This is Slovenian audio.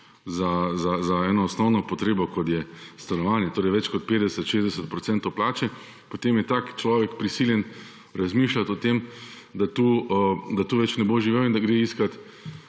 za eno osnovno potrebo, kot je stanovanje, več kot 50, 60 % plače, potem je tak človek prisiljen razmišljati o tem, da tu ne bo več živel in da gre iskat